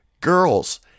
Girls